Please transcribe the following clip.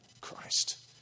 Christ